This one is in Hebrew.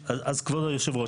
אז כבוד היו"ר,